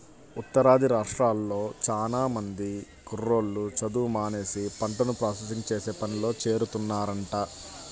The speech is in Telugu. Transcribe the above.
ఉత్తరాది రాష్ట్రాల్లో చానా మంది కుర్రోళ్ళు చదువు మానేసి పంటను ప్రాసెసింగ్ చేసే పనిలో చేరుతున్నారంట